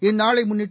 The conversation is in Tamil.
இந்நாளை முன்னிட்டு